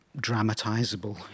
dramatizable